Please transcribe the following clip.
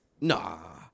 Nah